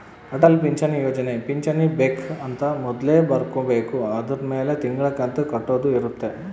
ಅಟಲ್ ಪಿಂಚಣಿ ಯೋಜನೆ ಪಿಂಚಣಿ ಬೆಕ್ ಅಂತ ಮೊದ್ಲೇ ಬರ್ಕೊಬೇಕು ಅದುರ್ ಮೆಲೆ ತಿಂಗಳ ಕಂತು ಕಟ್ಟೊದ ಇರುತ್ತ